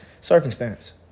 circumstance